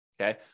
Okay